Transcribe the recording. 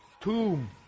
tomb